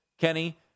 Kenny